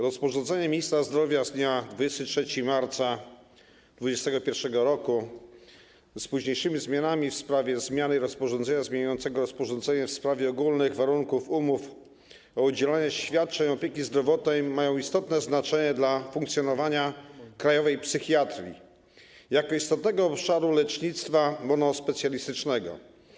Rozporządzenia ministra zdrowia z dnia 23 marca 2021 r., z późniejszymi zmianami, w sprawie zmiany rozporządzenia zmieniającego rozporządzenie w sprawie ogólnych warunków umów o udzielanie świadczeń opieki zdrowotnej mają istotne znaczenie dla funkcjonowania krajowej psychiatrii jako istotnego obszaru lecznictwa monospecjalistycznego.